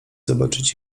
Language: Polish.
zobaczyć